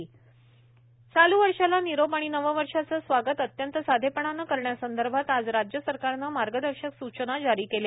मार्गदर्शक सूचना जारी चालू वर्षाला निरोप आणि नव वर्षाचं स्वागत अत्यंत साधेपणानं करण्यासंदर्भात आज राज्य सरकारनं मार्गदर्शक सूचना जारी केल्या